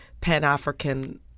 Pan-African